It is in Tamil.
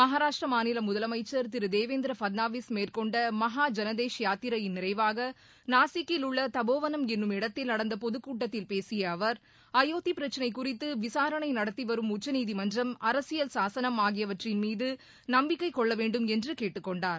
மகாராஷ்டிர மாநில முதலமைச்சர் திரு தேவந்திர பட்னவிஸ் மேற்கொண்ட மகாஜனதேஷ் யாத்திரையின் நிறைவாக நாசிக்கில் உள்ள தபோவனம் என்னும் இடத்தில் நடந்த பொதுக்கூட்டத்தில் பேசிய அவர் அயோத்தி பிரச்சனை குறித்து விசாரணை நடத்தி வரும் உச்சநீதிமன்றம் அரசியல் சாசனம் ஆகியவற்றின் மீது நம்பிக்கை கொள்ளவேண்டும் என்று கேட்டுக்கொண்டார்